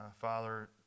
Father